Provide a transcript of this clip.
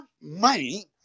money